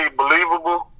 believable